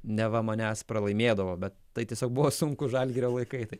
neva manęs pralaimėdavo bet tai tiesiog buvo sunkūs žalgirio laikai tai